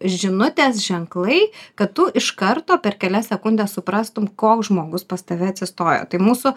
žinutės ženklai kad tu iš karto per kelias sekundes suprastum koks žmogus pas tave atsistojo tai mūsų